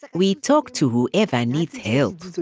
like we talk to whoever needs help.